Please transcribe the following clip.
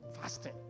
Fasting